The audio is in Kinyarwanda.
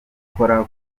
gukora